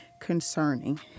concerning